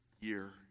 year